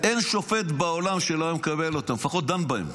אין שופט בעולם שלא היה מקבל אותן, לפחות דן בהן.